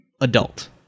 adult